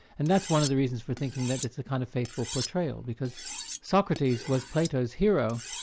and that's one of the reasons for thinking that it's a kind of faithful portrayal because socrates was plato's hero,